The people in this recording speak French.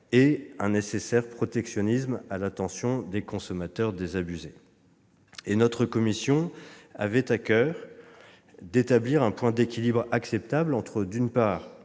-et un nécessaire protectionnisme à l'attention des consommateurs désabusés. Notre commission avait à coeur d'établir un point d'équilibre acceptable entre, d'une part,